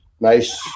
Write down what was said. nice